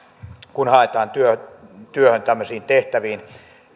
kun haetaan työhön työhön tämmöisiin tehtäviin